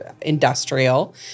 industrial